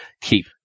keep